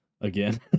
Again